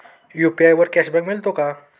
UPI वर cashback मिळतो का?